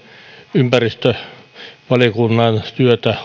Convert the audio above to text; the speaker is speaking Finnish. ympäristövaliokunnan työtä